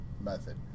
method